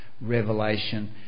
revelation